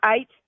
eight